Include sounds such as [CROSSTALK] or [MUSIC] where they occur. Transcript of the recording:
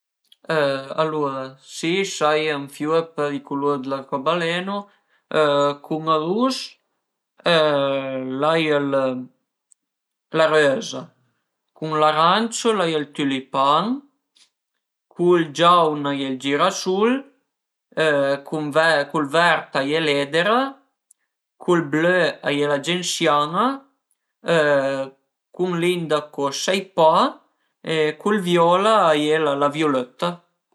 [HESITATION] Alura si sai ën fiur për i culur dë l'arcobaleno: cun ël rus l'ai la röza, cun l'arancio l'ai ël tülipan, cun ël giaun a ie ël girasul, cun ël vert a ie l'edera, cun ël blö a ie la gensian-a, cun l'indaco sai pa e cun ël viola a ie la viulëtta